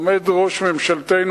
עומד ראש ממשלתנו,